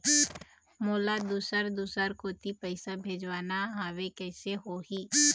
मोला दुसर दूसर कोती पैसा भेजवाना हवे, कइसे होही?